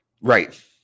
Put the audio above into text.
Right